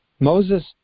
Moses